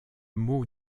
mot